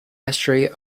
estuary